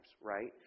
right